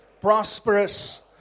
prosperous